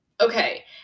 Okay